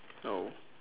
oh